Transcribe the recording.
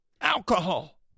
Alcohol